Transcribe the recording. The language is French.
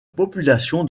population